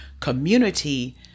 community